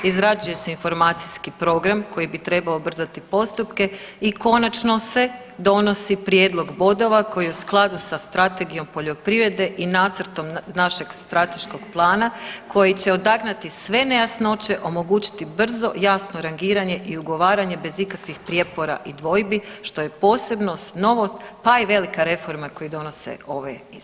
Izrađuje se informacijski program koji bi trebao ubrzati postupke i konačno se donosi prijedlog bodova koji je u skladu sa Strategijom poljoprivrede i nacrtom našeg strateškog plana koji će odagnati sve nejasnoće, omogućiti brzo, jasno rangiranje i ugovaranje bez ikakvih prijepora i dvojbi što je posebno novost, pa i velika reforma koje donose ove izmjene.